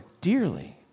dearly